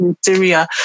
Syria